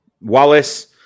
Wallace